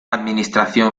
administración